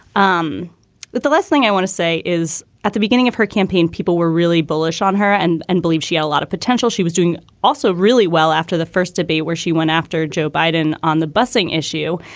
um but the last thing i want to say is at the beginning of her campaign, people were really bullish on her and and believed she had a lot of potential. she was doing also really well after the first debate where she went after joe biden on the busing issue.